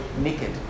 naked